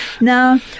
Now